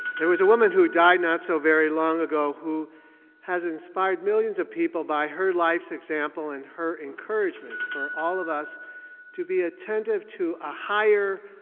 there was a woman who died not so very long ago who has inspired millions of people by her life's example and her encouragement for all of us to be attentive to a higher,